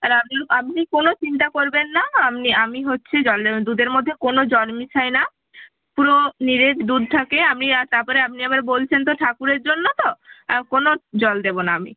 আর আপনি কোনো চিন্তা করবেন না আপনি আমি হচ্ছে জলে দুধের মধ্যে কোনো জল মিশাই না পুরো নিরেট দুধ থাকে আমি আর তার পরে আপনি আবার বলছেন তো ঠাকুরের জন্য তো কোনো জল দেবো না আমি